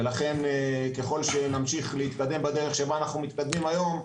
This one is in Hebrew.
ולכן ככל שנמשיך להתקדם בדרך שבה אנחנו מתקדמים היום,